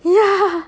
ya